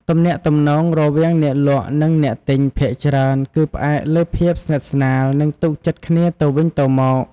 ទំនាក់ទំនងរវាងអ្នកលក់និងអ្នកទិញភាគច្រើនគឺផ្អែកលើភាពស្និទ្ធស្នាល និងទុកចិត្តគ្នាទៅវិញទៅមក។